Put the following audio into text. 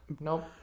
Nope